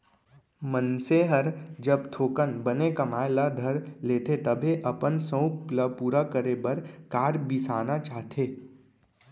मनसे हर जब थोकन बने कमाए ल धर लेथे तभे अपन सउख ल पूरा करे बर कार बिसाना चाहथे